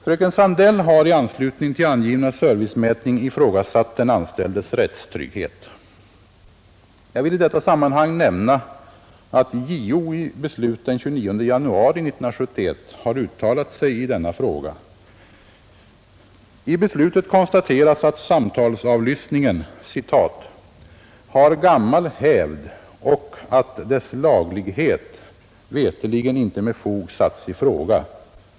Fröken Sandell har i anslutning till angivna servicemätning ifrågasatt den anställdes rättstrygghet. Jag vill i detta sammanhang nämna att JO i beslut den 29 januari 1971 har uttalat sig i denna fråga. I beslutet konstateras att samtalsavlyssningen ”har gammal hävd och att dess laglighet veterligen inte med fog satts i fråga”.